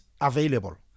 available